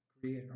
create